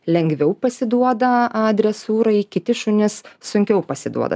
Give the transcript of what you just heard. lengviau pasiduoda a dresūrai kiti šunys sunkiau pasiduoda